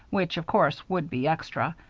which of course would be extra.